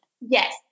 Yes